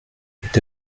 est